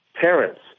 parents